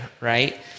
right